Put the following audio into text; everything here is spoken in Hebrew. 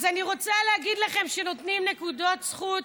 אז אני רוצה להגיד לכם שנותנים נקודות זכות,